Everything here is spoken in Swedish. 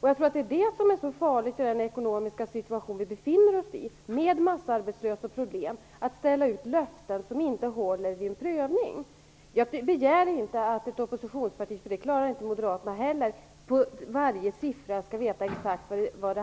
Jag tror att det är detta som är så farligt i den ekonomiska situation som vi befinner oss i med massarbetslöshet och problem, att ställa ut löften som inte håller vid en prövning. Jag begär inte att ett oppositionsparti skall veta vad varje siffra exakt handlar om. Det klarar inte Moderaterna heller.